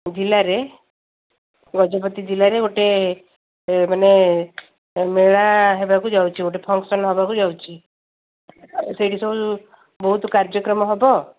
ଜିଲ୍ଲାରେ ଗଜପତି ଜିଲ୍ଲାରେ ଗୋଟେ ମାନେ ମେଳା ହେବାକୁ ଯାଉଛି ଗୋଟେ ଫଙ୍କସନ୍ ହବାକୁ ଯାଉଛି ସେଇଠି ସବୁ ବହୁତ କାର୍ଯ୍ୟକ୍ରମ ହବ